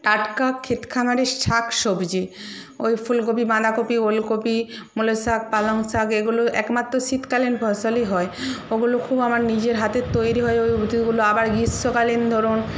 টাটকা ক্ষেত খামারের শাকসবজি ওই ফুলকপি বাঁধাকপি ওলকপি মুলোরশাক পালংশাক এগুলো একমাত্র শীতকালীন ফসলই হয় ওগুলো খুব আমার নিজের হাতে তৈরি হয় ওই গুলো আবার গ্রীষ্মকালীন ধরুন